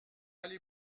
aller